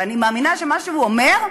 ואני מאמינה שמה שהוא אומר,